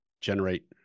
generate